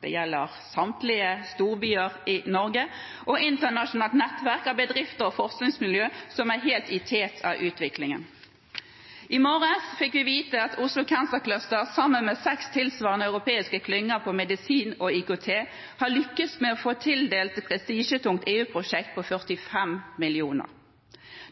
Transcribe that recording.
det gjelder samtlige storbyer i Norge – og et internasjonalt nettverk av bedrifter og forskningsmiljøer som er helt i tet av utviklingen. I morges fikk vi vite at Oslo Cancer Cluster, sammen med seks tilsvarende europeiske klynger på medisin og IKT, har lyktes med å få tildelt et prestisjetungt EU-prosjekt på 45 mill. kr,